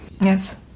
Yes